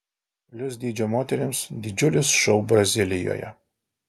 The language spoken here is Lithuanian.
plius dydžio moterims didžiulis šou brazilijoje